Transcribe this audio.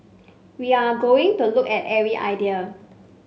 we are going to look at every idea